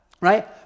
right